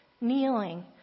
kneeling